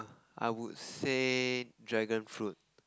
I would say dragonfruit